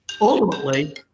Ultimately